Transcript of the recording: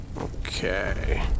Okay